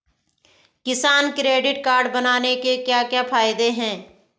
किसान credit card बनाने के क्या क्या फायदे हैं?